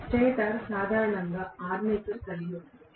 stator సాధారణంగా armature కలిగి ఉంటుంది